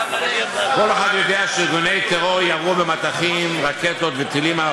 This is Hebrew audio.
כל אחד יודע שארגוני טרור ירו מטחים של רקטות וטילים על